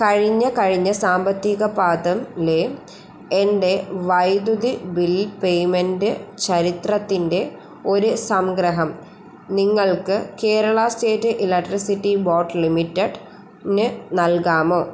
കഴിഞ്ഞ കഴിഞ്ഞ സാമ്പത്തിക പാദത്തിലെ എൻ്റെ വൈദ്യുതി ബിൽ പെയ്മെൻ്റ് ചരിത്രത്തിൻ്റെ ഒരു സംഗ്രഹം നിങ്ങൾക്ക് Kerala state electricity board limited ന് നൽകാമോ